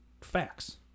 facts